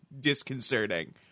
disconcerting